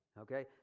okay